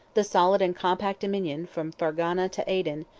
the solid and compact dominion from fargana to aden,